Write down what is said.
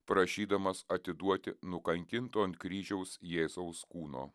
prašydamas atiduoti nukankinto ant kryžiaus jėzaus kūno